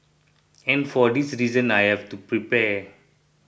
and for this reason I have to prepare